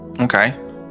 Okay